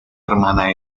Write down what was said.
hermana